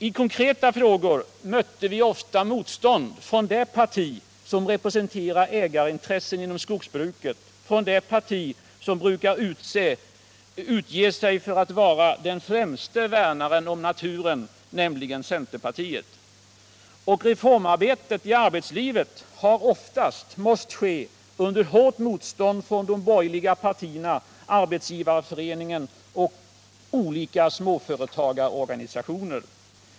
I konkreta frågor mötte vi ofta motstånd från det parti som representerar ägarintressen inom skogsbruket, från det parti som brukar utge sig för att vara den främste värnaren om naturen — nämligen centerpartiet! Reformarbetet i arbetslivet har oftast måst ske under hårt motstånd från de borgerliga partierna, Arbetsgivareföreningen och olika småföretagarorganisationer.